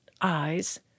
eyes